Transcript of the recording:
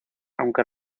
aunque